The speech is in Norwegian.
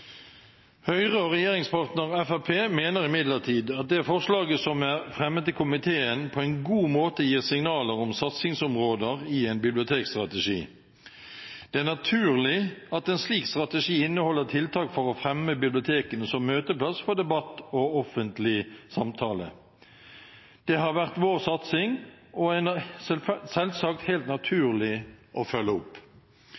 Høyre og regjeringspartner Fremskrittspartiet mener imidlertid at det forslaget som er fremmet av komiteen, på en god måte gir signaler om satsingsområder i en bibliotekstrategi. Det er naturlig at en slik strategi inneholder tiltak for å fremme bibliotekene som møteplass for debatt og offentlig samtale. Det har vært vår satsing og er selvsagt helt naturlig å følge opp.